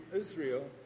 Israel